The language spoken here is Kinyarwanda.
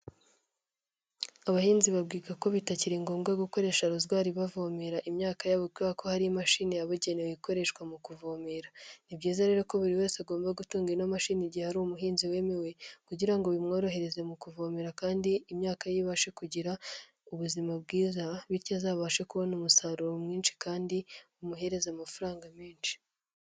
Abahinzi babwirwa ko bitakiri ngombwa gukoresha rozwari bavomera imyaka yabo kubera ko hari imashini yabugenewe ikoreshwa mu kuvomera. Ni byiza rero ko buri wese agomba gutunga imashini igihe ari umuhinzi wemewe, kugira ngo bimworohereze mu kuvomera kandi imyaka ye ibashe kugira ubuzima bwiza, bityo azabashe kubona umusaruro mwinshi kandi umuhereza amafaranga menshi.